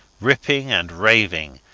ripping and raving,